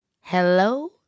Hello